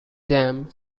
dam